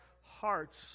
hearts